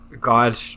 god